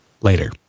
later